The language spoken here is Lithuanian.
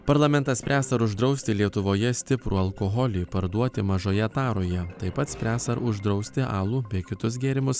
parlamentas spręs ar uždrausti lietuvoje stiprų alkoholį parduoti mažoje taroje taip pat spręs ar uždrausti alų bei kitus gėrimus